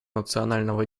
национального